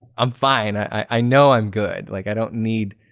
i'm fine. i know i'm good. like i don't need